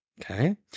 Okay